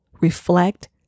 reflect